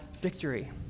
victory